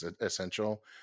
essential